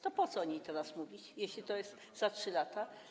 To po co o nich teraz mówić, jeśli to jest za 3 lata?